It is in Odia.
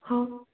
ହଁ